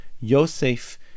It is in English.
Yosef